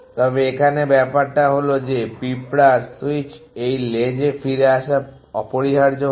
এবং এখানে ব্যাপারটা হল যে পিঁপড়া সুইচ এই লেজ ফিরে আসা অপরিহার্যভাবে দ্রুত এটি করতে হবে